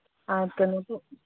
ꯑꯥ ꯀꯩꯅꯣꯁꯨ